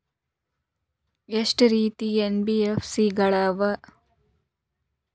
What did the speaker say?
ಎಷ್ಟ ರೇತಿ ಎನ್.ಬಿ.ಎಫ್.ಸಿ ಗಳ ಅವ?